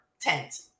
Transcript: tent